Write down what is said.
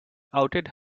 outed